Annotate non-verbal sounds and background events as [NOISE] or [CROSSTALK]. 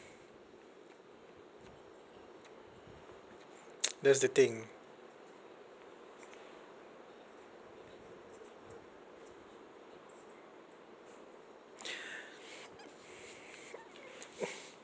[NOISE] that's the thing [NOISE]